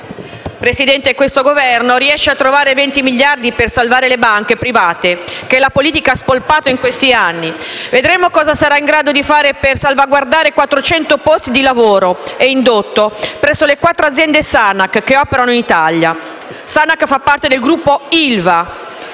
Presidente, questo Governo riesce a trovare 20 miliardi per salvare le banche private che la politica ha spolpato in questi anni. Vedremo cosa sarà in grado di fare per salvaguardare 400 posti di lavoro e indotto presso le quattro aziende Sanac che operano in Italia. Sanac fa parte del gruppo ILVA: